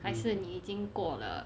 还是你已经过了